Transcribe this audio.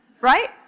right